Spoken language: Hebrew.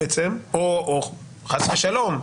או חס ושלום,